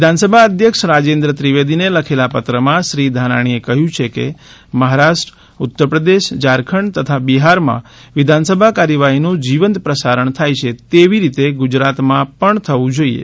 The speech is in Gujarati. વિધાનસભા અધ્યક્ષ રાજેન્દ્ર ત્રિવેદી ને લખેલા પત્ર માં શ્રી ધાનાણી એ કહ્યું છે કે મહારાષ્ટ્ર ઉત્તર પ્રદેશ ઝારખંડ તથા બિહાર માં વિધાનસભા કાર્યવાહી નું જીવંત પ્રસારણ થાય છે તેવી રીતે ગુજરાત માં પણ થવું જોઈએ